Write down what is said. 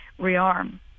rearm